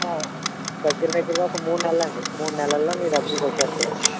దగ్గర దగ్గరగా ఒక మూడు నెలలండి మూడు నెలల్లో మీ డబ్బులు మీకు వచ్చేస్తాయండి